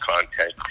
content